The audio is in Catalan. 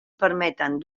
permeten